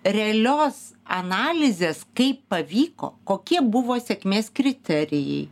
realios analizės kaip pavyko kokie buvo sėkmės kriterijai